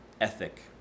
ethic